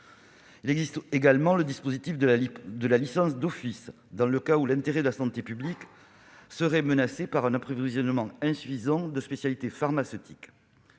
de Tamiflu. Le dispositif de la licence d'office existe également, au cas où l'intérêt de la santé publique serait menacé par un approvisionnement insuffisant de spécialités pharmaceutiques.